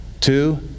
Two